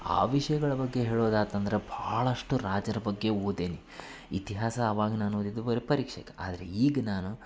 ಆ ವಿಷಯಗಳ ಬಗ್ಗೆ ಹೇಳುದಾತಂದ್ರೆ ಭಾಳಷ್ಟು ರಾಜರ ಬಗ್ಗೆ ಓದೇನಿ ಇತಿಹಾಸ ಅವಾಗ ನಾನು ಓದಿದ್ದು ಬರೇ ಪರೀಕ್ಷೆಗೆ ಆದ್ರೆ ಈಗ ನಾನು